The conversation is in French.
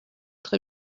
très